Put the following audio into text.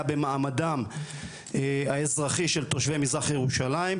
במעמדם האזרחי של תושבי מזרח ירושלים,